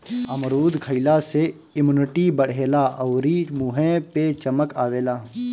अमरूद खइला से इमुनिटी बढ़ेला अउरी मुंहे पे चमक आवेला